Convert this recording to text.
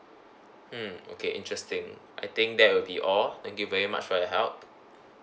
mm okay interesting I think that will be all thank you very much for your help